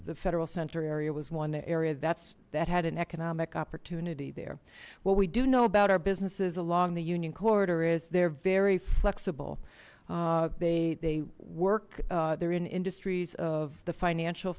the federal center area was one area that's that had an economic opportunity there what we do know about our businesses along the union corridor is they're very flexible they they work there in industries of the financial